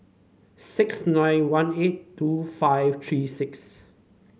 six nine one eight two five three six